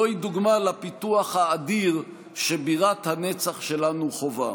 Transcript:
זוהי דוגמה לפיתוח האדיר שבירת הנצח שלנו חווה.